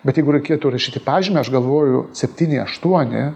bet jeigu reikėtų rašyti pažymį aš galvoju septyni aštuoni